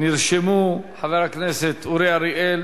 נרשמו חבר הכנסת אורי אריאל,